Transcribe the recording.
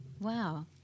Wow